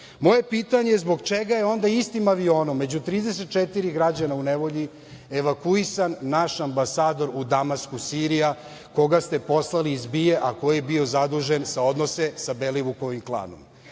Moje pitanje je – zbog čega je onda istim avionom među 34 građana u nevolji evakuisan naš ambasador u Damasku, Sirija, koga ste poslali iz BIA-e, a koji je bio zadužen za odnose sa Belivukovim klanom?